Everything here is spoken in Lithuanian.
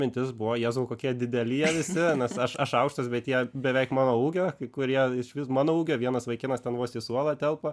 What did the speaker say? mintis buvo jėzau kokie dideli jie visi nes aš aš aukštas bet jie beveik mano ūgio kai kurie išvis mano ūgio vienas vaikinas ten vos į suolą telpa